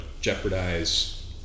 jeopardize